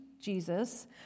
Jesus